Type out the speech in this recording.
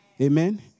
Amen